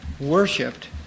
worshipped